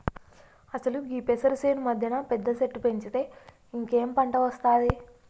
అసలు గీ పెసరు సేను మధ్యన పెద్ద సెట్టు పెంచితే ఇంకేం పంట ఒస్తాది